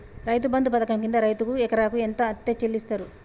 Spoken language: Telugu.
రైతు బంధు పథకం కింద రైతుకు ఎకరాకు ఎంత అత్తే చెల్లిస్తరు?